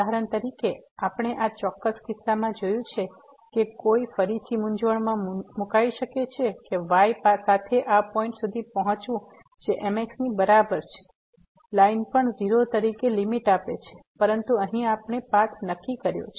ઉદાહરણ તરીકે આપણે આ ચોક્કસ કિસ્સામાં જોયું છે કે કોઈ ફરીથી મૂંઝવણમાં મૂકાઈ શકે છે કે y સાથે આ પોઈન્ટ સુધી પહોંચવું જે mx ની બરાબર છે લાઈન પણ 0 તરીકે લીમીટ આપે છે પરંતુ અહીં આપણે પાથ નક્કી કર્યો છે